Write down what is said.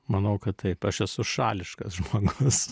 manau kad taip aš esu šališkas žmogus